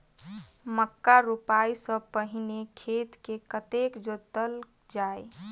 मक्का रोपाइ सँ पहिने खेत केँ कतेक जोतल जाए?